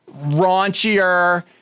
raunchier